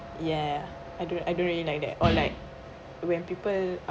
ya I don't I don't really like that or like when people